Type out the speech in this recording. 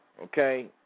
Okay